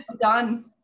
Done